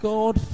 God